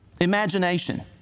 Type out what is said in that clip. Imagination